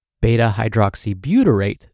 beta-hydroxybutyrate